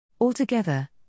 Altogether